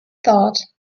thought